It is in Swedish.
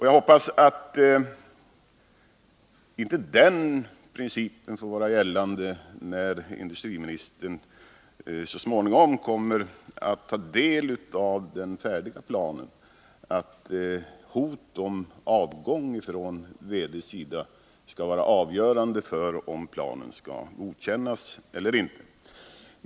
Jag hoppas att inte den principen får vara gällande, när industriministern så småningom kommer att ta del av den färdiga planen, att hot om avgång från VD:s sida skall vara avgörande för om planen skall godkännas eller inte.